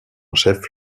chef